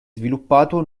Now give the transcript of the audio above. sviluppato